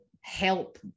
help